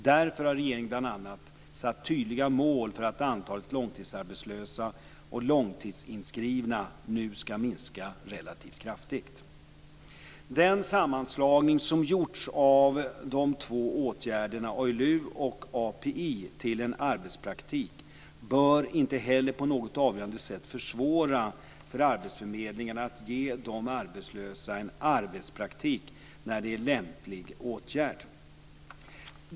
Därför har regeringen bl.a. satt tydliga mål för att antalet långtidsarbetslösa och långtidsinskrivna nu skall minska relativt kraftigt. Den sammanslagning som gjorts av de två åtgärderna ALU och API till en arbetspraktik bör inte heller på något avgörande sätt försvåra för arbetsförmedlingarna att ge de arbetslösa en arbetspraktik när det är en lämplig åtgärd.